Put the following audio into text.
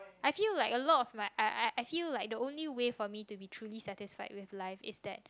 I feel like a lot of like I I I feel like the only way for me to be truly satisfy with life is that